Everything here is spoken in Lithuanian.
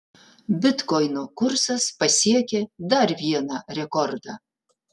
bitkoino kursas pasiekė dar vieną rekordą